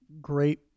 great